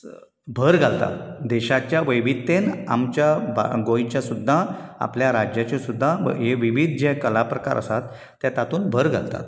स भर घालता देशाच्या वैवीधतेन आमच्या भा गोंयच्या सुद्दां आपल्या राज्याच्या सुद्दां हे विविध जे कला प्रकार आसात ते तातूंन भर घालतात